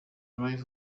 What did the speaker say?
live